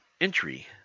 entry